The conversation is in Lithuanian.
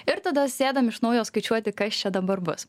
ir tada sėdam iš naujo skaičiuoti kas čia dabar bus